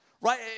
right